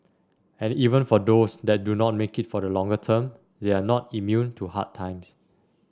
and even for those that do not make it for the longer term they are not immune to hard times